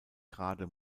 grade